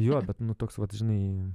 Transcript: jo bet toks vat žinai